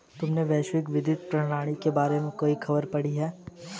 तुमने वैश्विक वित्तीय प्रणाली के बारे में कोई खबर पढ़ी है?